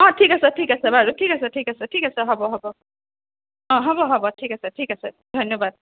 অ ঠিক আছে ঠিক আছে বাৰু ঠিক আছে ঠিক আছে ঠিক আছে হ'ব হ'ব অ হ'ব হ'ব ঠিক আছে ঠিক আছে ধন্যবাদ